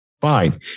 Fine